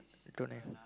don't have